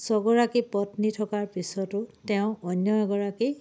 ছয়গৰাকী পত্নী থকাৰ পিছতো তেওঁ অন্য এগৰাকী